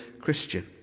Christian